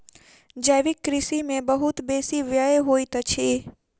जैविक कृषि में बहुत बेसी व्यय होइत अछि